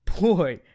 boy